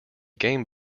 game